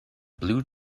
blue